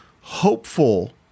hopeful